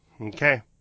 Okay